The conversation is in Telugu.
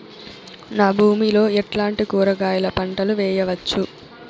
నా భూమి లో ఎట్లాంటి కూరగాయల పంటలు వేయవచ్చు?